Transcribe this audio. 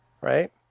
right